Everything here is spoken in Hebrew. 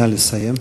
נא לסיים.